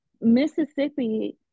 Mississippi